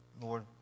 Lord